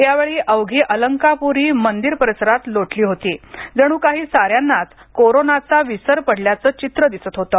यावेळी अवघी अलंकापुरी मंदिर परिसरात लोटली होती जणूकाही साऱ्यांनाच कोरोनाचा विसर पडल्याचं चित्र दिसत होतं